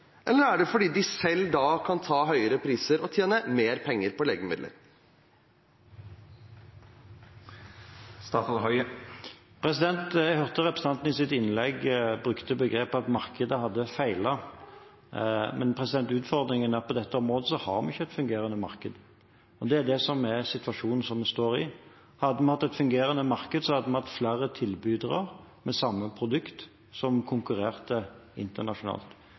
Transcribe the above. eller er det fordi de selv da kan ta høyere priser og tjene mer penger på legemidler? Jeg hørte representanten i sitt innlegg brukte det begrepet at markedet hadde feilet. Men utfordringen er at på dette området har vi ikke et fungerende marked, og det er det som er situasjonen som vi står i. Hadde vi hatt et fungerende marked, hadde vi hatt flere tilbydere med samme produkt som konkurrerte internasjonalt.